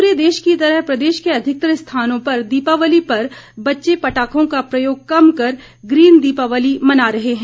पूरे देश की तरह प्रदेश के अधिकतर स्थानों पर दीपावली पर बच्चे पटाखों का प्रयोग कम कर ग्रीन दीपावली मना रहे हैं